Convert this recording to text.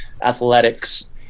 athletics